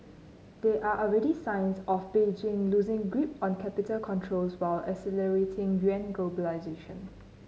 there are already signs of Beijing loosing grip on capital controls while accelerating yuan globalisation